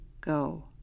go